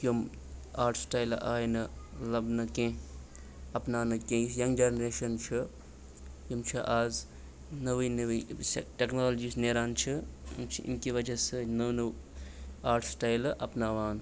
یِم آرٹ سٹایلہٕ آے نہٕ لَبنہٕ کیٚنٛہہ اَپناونہٕ کیٚنٛہہ یُس یَنٛگ جَنریشَن چھِ یِم چھِ آز نٔوٕے نٔوٕے یۄس یہِ ٹیٚکنالجیٖز یۄس نیران چھِ یِم چھِ امہِ کہِ وجہ سۭتۍ نوٚو نوٚو آرٹ سٹایلہٕ اَپناوان